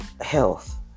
health